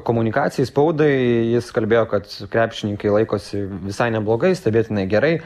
komunikacijai spaudai jis kalbėjo kad krepšininkai laikosi visai neblogai stebėtinai gerai